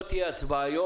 לא תהיה הצבעה היום.